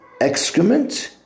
excrement